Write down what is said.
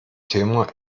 thema